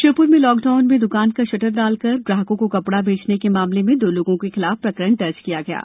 श्योप्र में लॉकडाउन में द्रकान का शटर डालकर ग्राहकों को कपड़ा बेचने के मामले में दो लोगों के खिलाफ प्रकरण दर्ज किया गया है